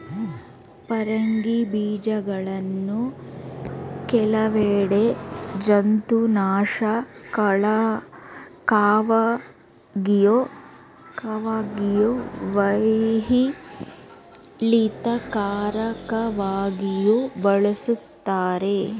ಪರಂಗಿ ಬೀಜಗಳನ್ನು ಕೆಲವೆಡೆ ಜಂತುನಾಶಕವಾಗಿಯೂ ಮೈಯಿಳಿತಕಾರಕವಾಗಿಯೂ ಬಳಸ್ತಾರೆ